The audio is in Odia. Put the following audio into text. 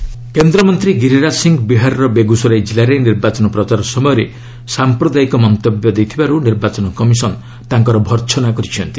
ଇସି ଗିରିରାଜ୍ କେନ୍ଦ୍ରମନ୍ତ୍ରୀ ଗିରିରାଜ୍ ସିଂ ବିହାରର ବେଗୁସରାଇ ଜିଲ୍ଲାରେ ନିର୍ବାଚନ ପ୍ରଚାର ସମୟରେ ସାମ୍ପ୍ରଦାୟିକ ମନ୍ତବ୍ୟ ଦେଇଥିବାରୁ ନିର୍ବାଚନ କମିଶନ୍ ତାଙ୍କର ଭର୍ସନା କରିଛି